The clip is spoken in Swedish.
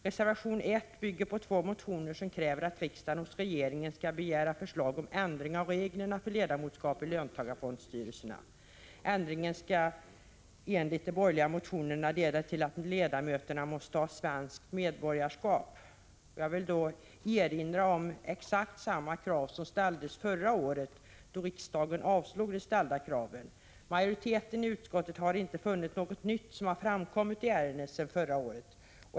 Reservation 1 bygger på två motioner där det krävs att riksdagen hos regeringen skall begära förslag om ändring av reglerna för ledamotskap i löntagarfondstyrelserna. Ändringen skall enligt de borgerliga motionerna leda till att ledamöterna måste ha svenskt medborgarskap. Jag vill erinra om att exakt samma krav ställdes förra året och att detta då avslogs. Majoriteten i utskottet har inte funnit att något nytt i ärendet har framkommit sedan förra året.